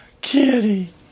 Kitty